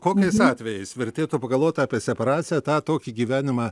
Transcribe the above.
kokiais atvejais vertėtų pagalvot apie separaciją tą tokį gyvenimą